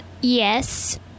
Yes